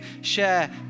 share